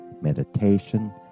meditation